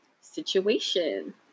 situation